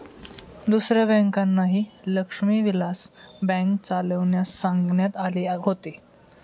दुसऱ्या बँकांनाही लक्ष्मी विलास बँक चालविण्यास सांगण्यात आले होते